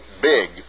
big